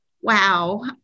Wow